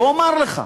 ואומר לך,